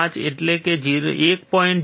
5 એટલે કે 1